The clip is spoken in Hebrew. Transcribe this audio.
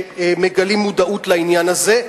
שמגלים מודעות לעניין הזה,